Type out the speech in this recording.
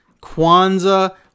kwanzaa